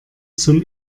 zum